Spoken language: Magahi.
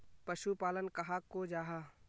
पशुपालन कहाक को जाहा?